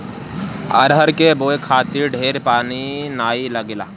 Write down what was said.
अरहर के बोए खातिर ढेर पानी नाइ लागेला